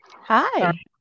Hi